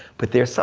but there's ah